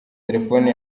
telefone